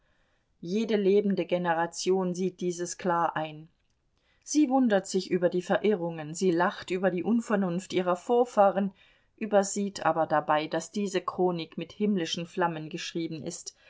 jede lebende generation sieht dieses klar ein sie wundert sich über die verirrungen sie lacht über die unvernunft ihrer vorfahren übersieht aber dabei daß diese chronik mit himmlischen flammen geschrieben ist